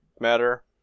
matter